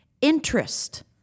interest